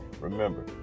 Remember